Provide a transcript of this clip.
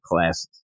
classes